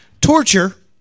torture